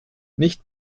nicht